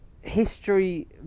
History